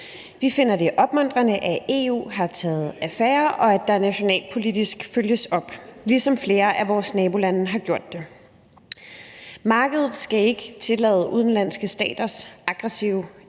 Vi finder det opmuntrende, at EU har taget affære, og at der nationalpolitisk følges op, ligesom flere af vores nabolande har gjort det. Markedet skal ikke tillade udenlandske staters aggressive